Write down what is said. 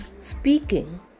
speaking